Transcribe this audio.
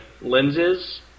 lenses